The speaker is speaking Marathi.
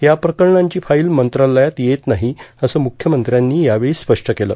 या प्रकरणांची फाईल मंत्रालयात येत नाही असं मुख्यमंत्र्यांनी यावेळी स्पष्ट केलं